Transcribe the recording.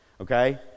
okay